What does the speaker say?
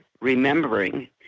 remembering